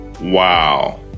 Wow